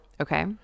Okay